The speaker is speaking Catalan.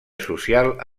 social